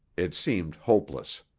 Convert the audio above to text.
it seemed hopeless.